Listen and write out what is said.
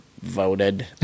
voted